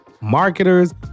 marketers